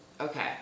Okay